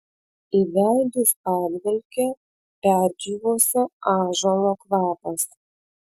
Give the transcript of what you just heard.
į veidus padvelkė perdžiūvusio ąžuolo kvapas